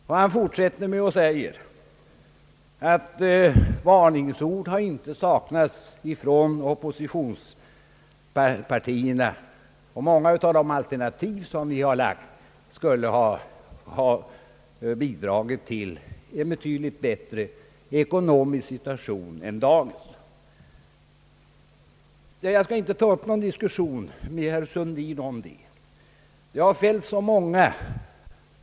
Herr Sundin fortsätter och säger, att varningsord från oppositionspartierna inte har saknats och att många av de alternativ som de har lagt skulle ha bidragit till en betydligt bättre ekonomisk situation än dagens. Jag skall inte ta upp någon närkamp med herr Sundin om detta, utan hänvisar till statsrådet Wickmans anförande.